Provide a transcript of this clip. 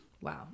Wow